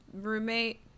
roommate